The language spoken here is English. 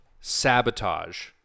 Sabotage